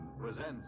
presents